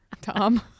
Tom